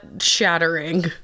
shattering